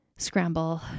scramble